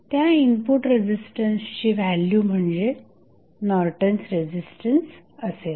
त्या इनपुट रेझिस्टन्सची व्हॅल्यू म्हणजेच नॉर्टन्स रेझिस्टन्स असेल